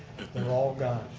there all gone,